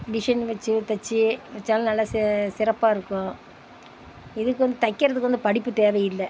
design வெச்சி தைச்சி வெச்சாலும் நல்லா சே சிறப்பாக இருக்கும் இதுக்கு வந்து தைக்கிறதுக்கு வந்து படிப்பு தேவையில்லை